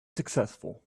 successful